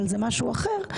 אבל זה משהו אחר.